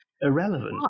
irrelevant